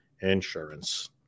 insurance